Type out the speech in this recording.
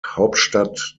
hauptstadt